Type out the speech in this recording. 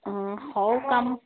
ହଁ ହଉ କାମ